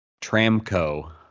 Tramco